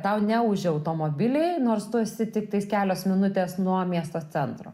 tau neūžia automobiliai nors tu esi tiktais kelios minutės nuo miesto centro